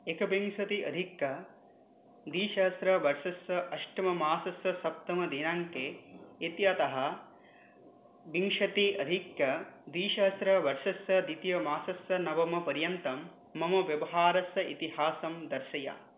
एकविंशत्यधिकं द्विसहस्रवर्षस्य अष्टममासस्य सप्तमदिनाङ्के इत्यतः विंशत्यधिकं द्विसहस्रवर्षस्य द्वितीयमासस्य नवमपर्यन्तं मम व्यवहारस्य इतिहासं दर्शय